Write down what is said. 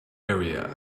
area